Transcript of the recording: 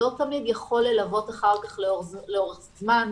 לא תמיד יכול ללוות אחר כך לאורך זמן,